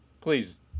please